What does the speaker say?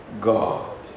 God